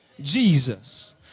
Jesus